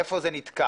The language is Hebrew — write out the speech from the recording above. איפה זה נתקע.